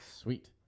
Sweet